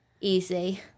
easy